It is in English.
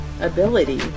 ability